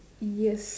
yes